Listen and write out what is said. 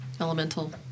elemental